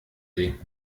sie